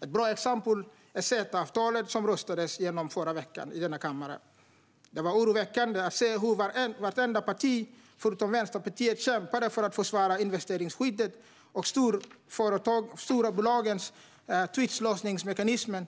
Ett bra exempel är CETA-avtalet, som i förra veckan röstades igenom i denna kammare. Det var oroväckande att se hur vartenda parti utom Vänsterpartiet kämpade för att försvara investeringsskyddet och storbolagens tvistlösningsmekanismer,